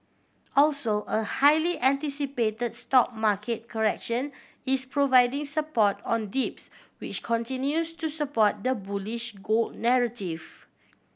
also a highly anticipate stock market correction is providing support on dips which continues to support the bullish gold narrative